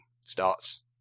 starts